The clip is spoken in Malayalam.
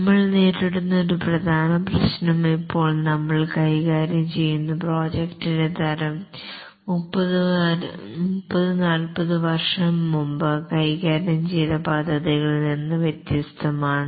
നമ്മൾ നേരിടുന്ന ഒരു പ്രധാന പ്രശ്നം ഇപ്പോൾ നമ്മൾ കൈകാര്യം ചെയ്യുന്ന പ്രോജക്ടിന്റെ തരം 30 40 വർഷം മുമ്പ് കൈകാര്യം ചെയ്ത പദ്ധതികളിൽ നിന്ന് വ്യത്യസ്തമാണ്